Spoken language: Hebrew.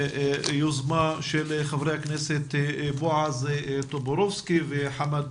יוזמה של חברי הכנסת בועז טופורובסקי וחמד